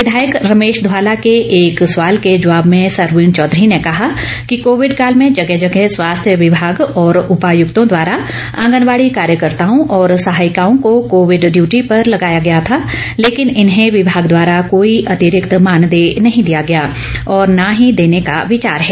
विधायक रमेश धवाला के एक सवाल के जवाब में सरवीन चौधरी ने कहा कि कोविडकाल में जगह जगह स्वास्थ्य विभाग और उपायुक्तों द्वारा आंगनबाड़ी कार्यकर्ताओं और सहायिकाओं को कोविड ड्यूटी पर लगाया गया था लेकिन इन्हें विभाग द्वारा कोई अतिरिक्त मानदेय नहीं दिया गया और न ही देने का विचार है